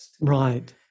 Right